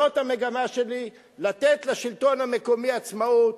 זאת המגמה שלי, לתת לשלטון המקומי עצמאות.